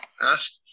ask